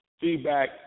feedback